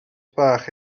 bach